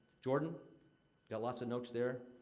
jordan got lots of notes there.